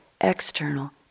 external